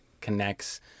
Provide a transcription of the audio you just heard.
connects